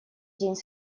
день